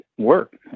work